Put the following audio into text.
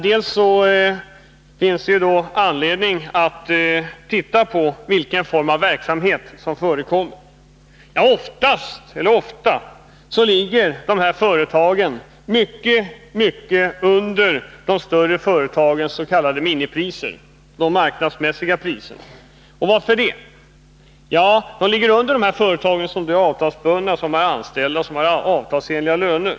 Det finns anledning att undersöka vilken form av verksamhet som förekommer. Ofta ligger de här företagens priser mycket under de större företagens marknadsmässiga priser, s.k. minipriser. Vad är anledningen till det? De större företagen är avtalsbundna, och deras anställda har avtalsenliga löner.